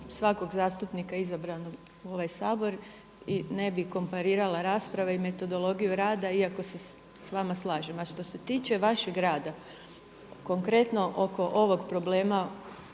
svakog zastupnika izabranog u ovaj Sabor i ne bi komparirala rasprave i metodologiju rada iako s vama slažem. A što se tiče vašeg rada, konkretno oko ovog problema